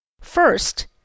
First